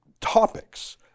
topics